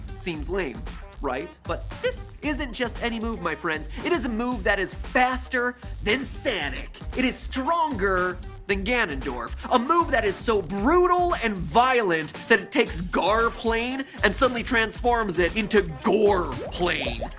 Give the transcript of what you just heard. seems lame right? but this isn't just any move my friends it is a move that is faster than sonic. it is stronger than ganondorf a move that is so brutal and violent that takes gaur plain and suddenly transforms it into gore plain,